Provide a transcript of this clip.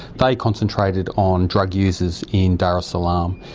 they concentrated on drug users in dar es salaam,